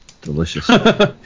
delicious